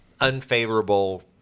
unfavorable